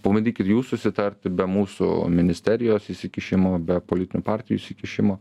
pabandykit jūs susitarti be mūsų ministerijos įsikišimo be politinių partijų įsikišimo